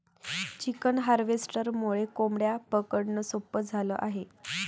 chicken हार्वेस्टरमुळे कोंबड्या पकडणं सोपं झालं आहे